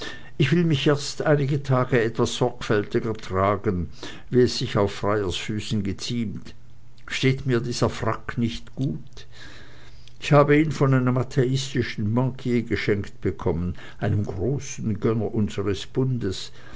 ich will mich erst einige tage nur etwas sorgfältiger tragen wie es sich auf freiersfüßen geziemt steht mir dieser frack nicht gut ich habe ihn von einem atheistischen bankier geschenkt bekommen einem großen gönner unsers bundes